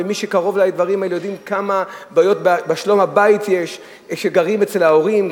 ומי שקרוב לדברים האלה יודע כמה בעיות שלום-בית יש כשגרים אצל ההורים,